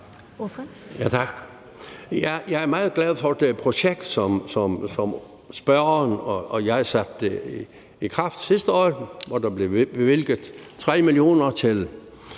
Jeg er meget glad for det projekt, som spørgeren og jeg satte i kraft sidste år, hvor der blev bevilget 3 mio. kr. til